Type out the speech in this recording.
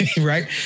right